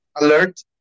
alert